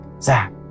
Zach